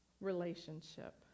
relationship